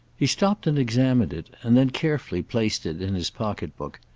he stopped and examined it, and then carefully placed it in his pocket-book.